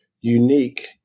unique